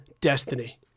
destiny